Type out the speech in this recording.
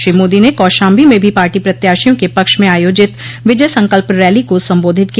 श्री मोदी ने कौशाम्बी में भी पार्टी प्रत्याशियों के पक्ष में आयोजित विजय संकल्प रैली को संबोधित किया